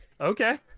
Okay